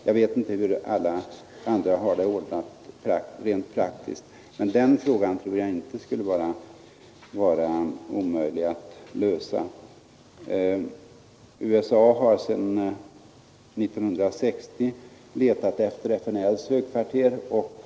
Jag vet inte hur andra stater har ordnat den här frågan rent praktiskt, men jag tror inte att det skulle vara omöjligt att lösa den. USA har förgäves sedan 1960 letat efter FNL:s högkvarter.